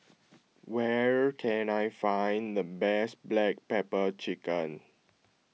where can I find the best Black Pepper Chicken